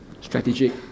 strategic